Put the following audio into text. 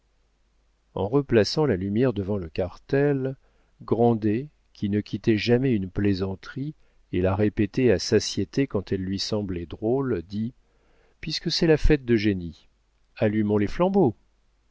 en replaçant la lumière devant le cartel grandet qui ne quittait jamais une plaisanterie et la répétait à satiété quand elle lui semblait drôle dit puisque c'est la fête d'eugénie allumons les flambeaux